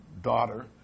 daughter